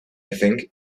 think